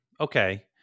okay